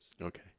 Okay